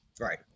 Right